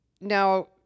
now